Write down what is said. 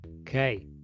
okay